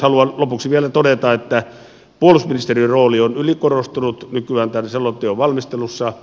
haluan lopuksi vielä todeta että puolustusministeriön rooli on ylikorostunut nykyään tämän selonteon valmistelussa